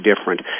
different